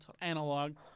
Analog